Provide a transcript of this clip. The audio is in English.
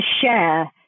share